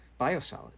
biosolids